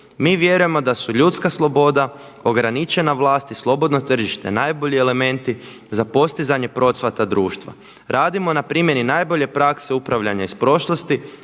Mi vjerujemo da su ljudska sloboda, ograničena vlast i slobodno tržište najbolji elementi za postizanje procvata društva. Radimo na primjeni najbolje prakse upravljanja iz prošlosti